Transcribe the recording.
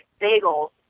bagels